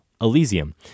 Elysium